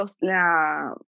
la